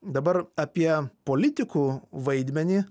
dabar apie politikų vaidmenį